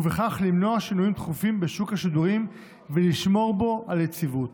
ובכך למנוע שינויים תכופים בשוק השידורים ולשמור בו על היציבות.